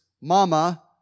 mama